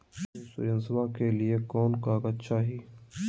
इंसोरेंसबा के लिए कौन कागज चाही?